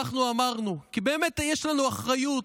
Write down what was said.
אנחנו אמרנו, כי באמת יש לנו אחריות,